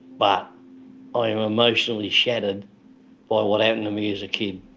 but i am emotionally shattered by what happened to me as a kid